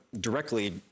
directly